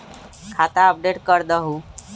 खाता अपडेट करदहु?